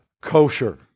kosher